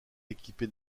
équipé